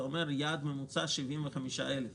זה אומר יעד ממוצע של 75,000 בשנה.